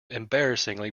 embarrassingly